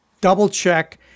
double-check